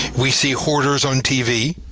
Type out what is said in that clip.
we see hoarders on tv,